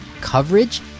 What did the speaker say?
coverage